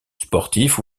sportifs